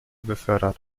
befördert